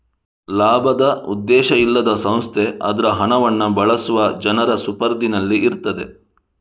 ಲಾಭದ ಉದ್ದೇಶ ಇಲ್ಲದ ಸಂಸ್ಥೆ ಅದ್ರ ಹಣವನ್ನ ಬಳಸುವ ಜನರ ಸುಪರ್ದಿನಲ್ಲಿ ಇರ್ತದೆ